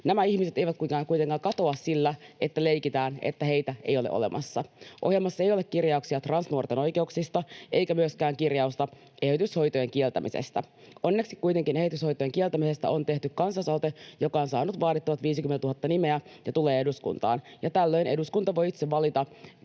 Nämä ihmiset eivät kuitenkaan katoa sillä, että leikitään, että heitä ei ole olemassa. Ohjelmassa ei ole kirjauksia transnuorten oikeuksista eikä myöskään kirjausta eheytyshoitojen kieltämisestä. Onneksi kuitenkin eheytyshoitojen kieltämisestä on tehty kansalaisaloite, joka on saanut vaadittavat 50 000 nimeä, ja se tulee eduskuntaan. Tällöin eduskunta voi itse valita